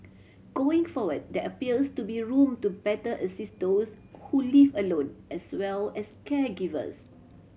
going forward there appears to be room to better assist those who live alone as well as caregivers